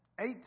eight